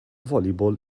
volleyball